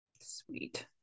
Sweet